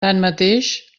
tanmateix